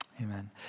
amen